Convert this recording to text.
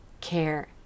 care